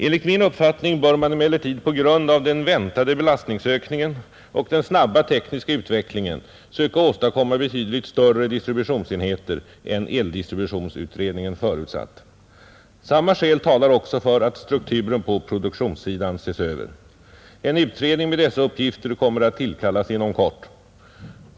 Enligt min uppfattning bör man emellertid på grund av den väntade belastningsökningen och den snabba tekniska utvecklingen söka åstadkomma betydligt större distributionsenheter än eldistributionsutredningen förutsatt. Samma skäl talar också för att strukturen på produktionssidan ses över. En utredning med dessa uppgifter kommer att tillkallas inom kort.